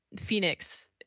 Phoenix